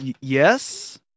yes